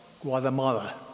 Guatemala